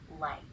light